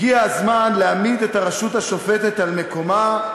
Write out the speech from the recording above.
הגיע הזמן להעמיד את הרשות השופטת על מקומה,